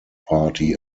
party